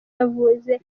yavuze